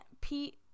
Pete